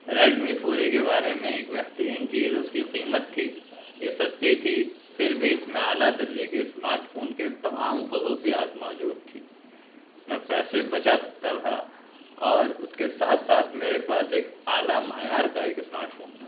Redmi four A کے بارے میں ایک بہترین چیز اس کی قیمت تھی یہ سستی تھی پھر بھی اس میں اعلیٰ درجے کے اسمارٹ فون کے تمام خصوصیات موجود تھی میں پیسے بچا سکتا تھا اور اس کے ساتھ ساتھ میرے پاس ایک اعلیٰ معیار کا ایک اسمارٹ فون تھا